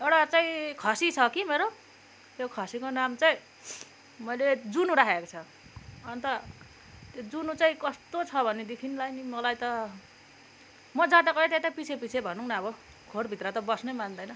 एउटा चाहिँ खसी छ कि मेरो यो खसीको नाम चाहिँ मैले जुनू राखेको छ अन्त त्यो जुनू चाहिँ कस्तो छ भनेदेखिलाई नि मलाई त म जता गयो त्यतै पछि पछि भनौँ न अब खोरभित्र त बस्नै मान्दैन